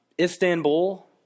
Istanbul